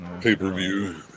Pay-per-view